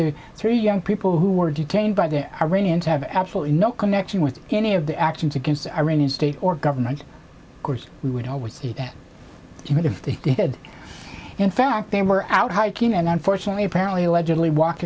three young people who were detained by the iranians have absolutely no connection with any of the actions against the iranian state or government course we would always see that even if they did in fact they were out hiking and unfortunately apparently allegedly walk